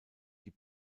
die